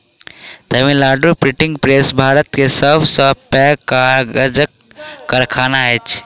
Tamil Nadu printing press Bharat के सब से पैघ कागजक कारखाना अछि